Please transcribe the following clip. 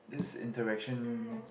is interaction